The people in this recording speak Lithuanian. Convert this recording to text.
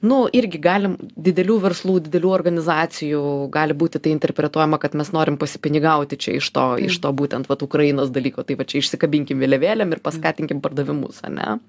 nu irgi galim didelių verslų didelių organizacijų gali būti tai interpretuojama kad mes norim pasipinigauti čia iš to iš to būtent vat ukrainos dalyko tai va čia išsikabinkim vėliavėlėm ir paskatinkim pardavimus ane